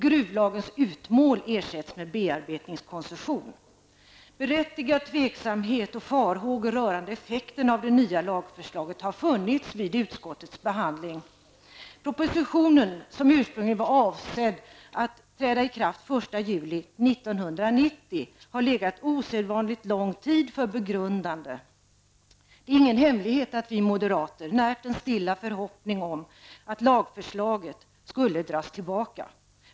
Berättigat tvivel och farhågor rörande effekterna av det nya lagförslaget har funnits vid utskottets behandling. Propositionen, som ursprungligen var avsedd att träda i kraft den 1 juli 1990, har legat osedvanligt lång tid för begrundande. Det är ingen hemlighet att vi moderater närt en stilla förhoppning om att lagförslaget skulle dras tillbaka.